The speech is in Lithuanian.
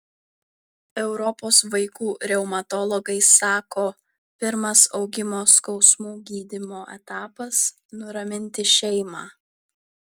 europos vaikų reumatologai sako pirmas augimo skausmų gydymo etapas nuraminti šeimą